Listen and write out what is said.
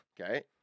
Okay